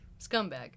scumbag